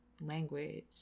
language